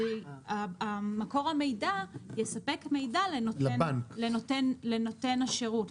שמקור המידע יספק מידע לנותן השירות.